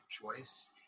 choice